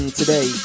today